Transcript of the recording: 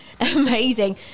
Amazing